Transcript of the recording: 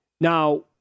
now